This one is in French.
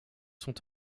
sont